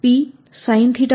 y